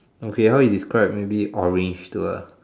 okay how you describe maybe orange to a